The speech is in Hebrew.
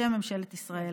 בשם ממשלת ישראל: